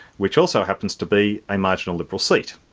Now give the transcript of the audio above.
which also happens to be a marginal liberal seat.